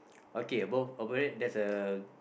okay above above it there's a